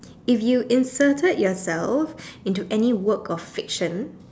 if you inserted yourself into any work of fiction